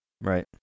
Right